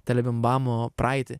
telebimbamo praeitį